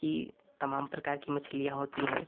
कि तमाम प्रकार कि मछलियाँ होती हैं